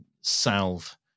salve